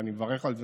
ואני מברך על זה,